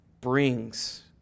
brings